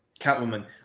Catwoman